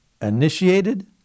initiated